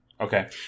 Okay